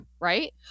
right